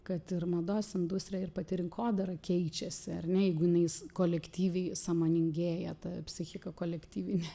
kad ir mados industrija ir pati rinkodara keičiasi ar ne jeigu jinais kolektyviai sąmoningėja psichika kolektyvinė